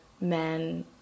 men